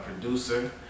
producer